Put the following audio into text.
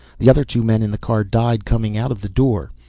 the other two men in the car died coming out of the door,